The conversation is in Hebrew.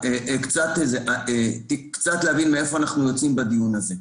קצת להבין מאיפה אנחנו יוצאים בדיון הזה: